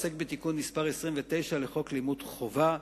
עוסק בתיקון מס' 29 לחוק לימוד חובה,